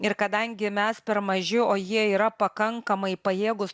ir kadangi mes per maži o jie yra pakankamai pajėgūs